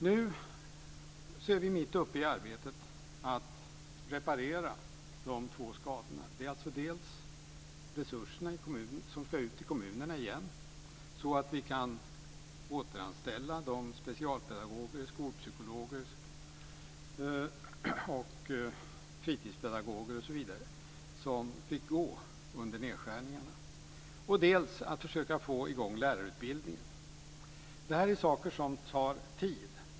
Nu är vi mitt uppe i arbetet att reparera de två skadorna: dels resurserna som ska ut i kommunerna igen så att vi kan återanställa de specialpedagoger, skolpsykologer och fritidspedagoger som fick gå under nedskärningarna, dels att försöka få i gång lärarutbildningen. Det här är saker som tar tid.